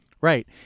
Right